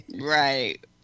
Right